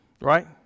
right